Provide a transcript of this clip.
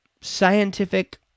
scientific